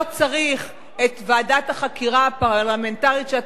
לא צריך את ועדת החקירה הפרלמנטרית שאת